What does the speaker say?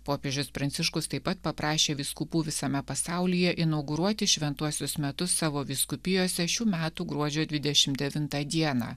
popiežius pranciškus taip pat paprašė vyskupų visame pasaulyje inauguruoti šventuosius metus savo vyskupijose šių metų gruodžio dvidešim devintą dieną